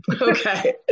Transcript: Okay